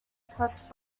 quest